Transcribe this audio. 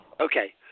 Okay